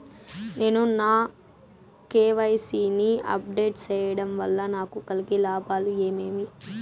నేను నా కె.వై.సి ని అప్ డేట్ సేయడం వల్ల నాకు కలిగే లాభాలు ఏమేమీ?